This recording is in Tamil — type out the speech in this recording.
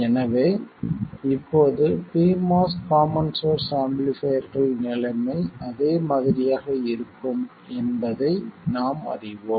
எனவே இப்போது pMOS காமன் சோர்ஸ் ஆம்பிளிஃபைர்கள் நிலைமை அதே மாதிரியாகவே இருக்கும் என்பதை நாம் ஆராய்வோம்